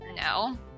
No